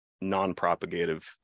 non-propagative